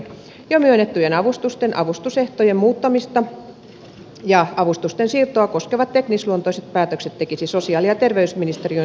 jo myönnettyjen avustusten avustusehtojen muuttamista ja avustusten siirtoa koskevat teknisluontoiset päätökset tekisi sosiaali ja terveysministeriön sijasta raha automaattiyhdistys